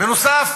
בנוסף,